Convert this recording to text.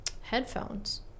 headphones